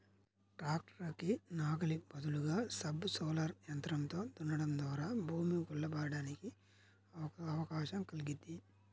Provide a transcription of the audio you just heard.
tractor కి నాగలి బదులుగా సబ్ సోయిలర్ యంత్రంతో దున్నడం ద్వారా భూమి గుల్ల బారడానికి అవకాశం కల్గిద్ది